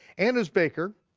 and his baker,